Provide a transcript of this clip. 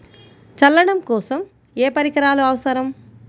చల్లడం కోసం ఏ పరికరాలు అవసరం?